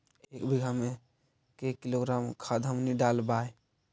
एक बीघा मे के किलोग्राम खाद हमनि डालबाय?